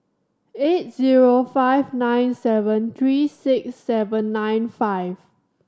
eight zero five nine seven three six seven nine five